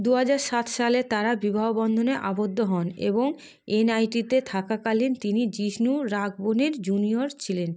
দু হাজার সাত সালে তারা বিবাহ বন্ধনে আবদ্ধ হন এবং এনআইটিতে থাকাকালীন তিনি জিষ্ণু রাঘবনের জুনিয়র ছিলেন